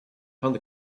found